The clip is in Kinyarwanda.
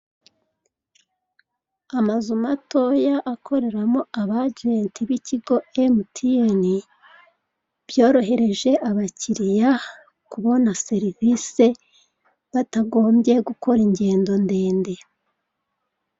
Amazu matoya akoreramo abajenti b'ikigo emutiyene, byorohereje abakiriya kubona serivise batagombye gukora ingendo ndende.